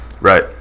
Right